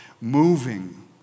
moving